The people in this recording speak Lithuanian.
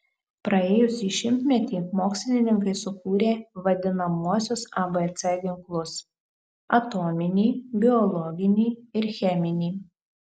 praėjusį šimtmetį mokslininkai sukūrė vadinamuosius abc ginklus atominį biologinį ir cheminį